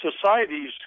societies